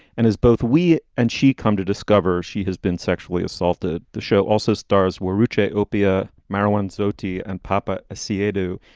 and as both we and she come to discover, she has been sexually assaulted. the show also stars were rucha, oprah, marilyns, otey and papa aca ah to.